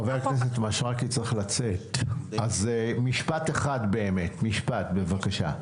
ח"כ מישרקי צריך לצאת, אז משפט אחד בבקשה.